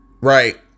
right